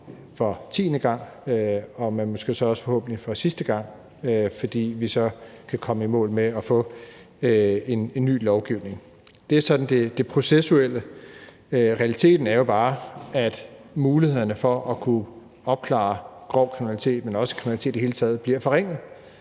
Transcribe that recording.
for tiende gang og måske forhåbentlig også for sidste gang, fordi vi så kan komme i mål med at få en ny lovgivning. Det er sådan det processuelle. Realiteten er jo bare den, at mulighederne for at kunne opklare grov kriminalitet og kriminalitet i det hele taget bliver forringede,